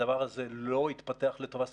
הדבר הזה לא התפתח לטובה.